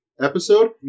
episode